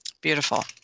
Beautiful